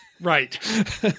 right